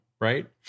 right